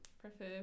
prefer